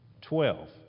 Twelve